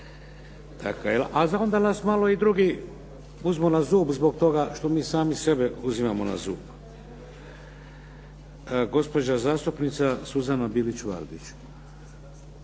A onda nas malo i drugi uzmu na zub zbog toga što mi sami sebe uzimamo na zub. Gospođa zastupnica Suzana Bilić Vardić.